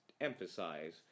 emphasize